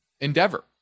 endeavor